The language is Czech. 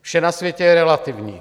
Vše na světě je relativní.